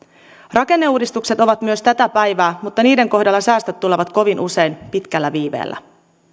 rakenneuudistukset ovat myös tätä päivää mutta niiden kohdalla säästöt tulevat kovin usein pitkällä viiveellä